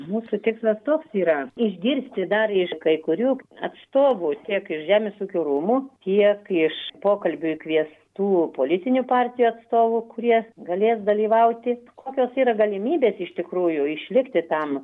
mūsų tikslas toks yra išgirsti dar iš kai kurių atstovų tiek iš žemės ūkio rūmų kiek iš pokalbiui kviestų politinių partijų atstovų kurie galės dalyvauti kokios yra galimybės iš tikrųjų išlikti tam